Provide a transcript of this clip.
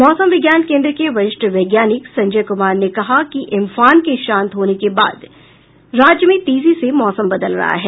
मौसम विज्ञान केंद के वरिष्ठ वैज्ञानिक संजय कुमार ने कहा कि एम्फन के शांत होने के बाद राज्य में तेजी से मौसम बदल रहा है